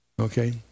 Okay